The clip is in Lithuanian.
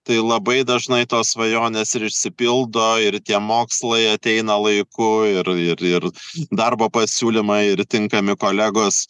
tai labai dažnai tos svajonės ir išsipildo ir tie mokslai ateina laiku ir ir ir darbo pasiūlymai ir tinkami kolegos